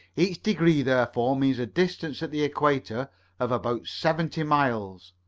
each degree therefore means a distance at the equator of about seventy miles.